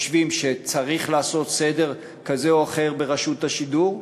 אני חושב שצריך לעשות סדר כזה או אחר ברשות השידור.